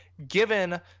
Given